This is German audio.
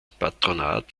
patronat